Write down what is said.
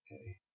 Okay